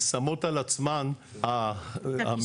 שמות על עצמן כיסוי.